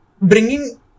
bringing